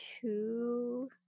two